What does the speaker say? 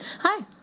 Hi